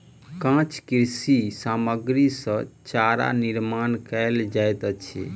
काँच कृषि सामग्री सॅ चारा निर्माण कयल जाइत अछि